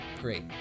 great